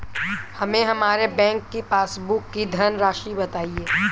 हमें हमारे बैंक की पासबुक की धन राशि बताइए